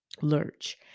Lurch